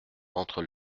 entre